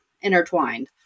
intertwined